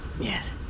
Yes